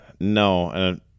No